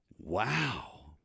Wow